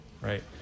right